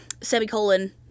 semicolon